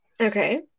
Okay